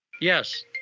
Yes